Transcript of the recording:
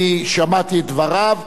אני שמעתי את דבריו,